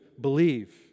believe